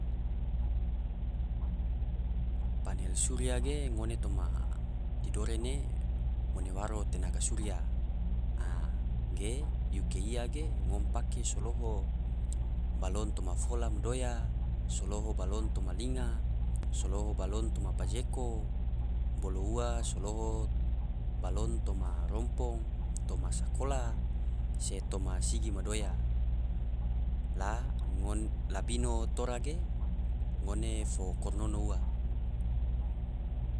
Panel surya ge ngne toma tidore ne ngone waro tenaga surya, age yuke iya ge ngom pake so loho balon toma fola madoya, so loho balon toma linga, so loho balon toma pajeko, bolo ua so loho balon toma rompong, toma sakolah se toma sigi madoya la ngon labino tora ge ngone fo kornono ua.